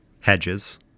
Hedges